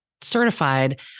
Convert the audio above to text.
certified